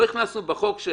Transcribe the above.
לא הכנסנו בחוק.